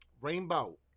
Rainbow